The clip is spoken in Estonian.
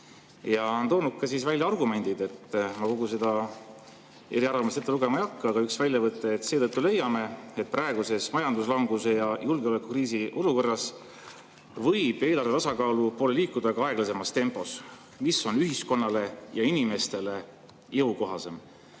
ja on toonud välja ka argumendid. Ma kogu seda eriarvamust ette lugema ei hakka, aga üks väljavõte: "Seetõttu leiame, et praeguses majanduslanguse ja julgeolekukriisi olukorras võib eelarvetasakaalu poole liikuda ka aeglasemas tempos, mis on ühiskonnale ja inimestele jõukohasem."